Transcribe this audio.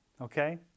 okay